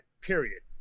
Period